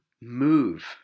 move